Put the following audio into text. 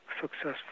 successful